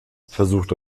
versucht